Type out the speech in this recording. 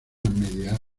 media